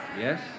Yes